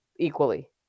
Equally